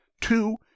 two